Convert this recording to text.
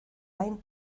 gain